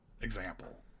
example